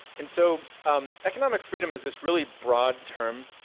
and so um economic freedom is this really broad term.